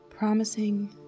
promising